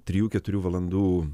trijų keturių valandų